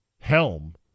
helm